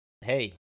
Hey